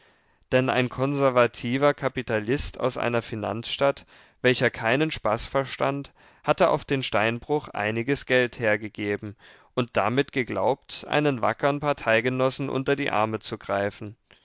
denn ein konservativer kapitalist aus einer finanzstadt welcher keinen spaß verstand hatte auf den steinbruch einiges geld hergegeben und damit geglaubt einem wackern parteigenossen unter die arme zu greifen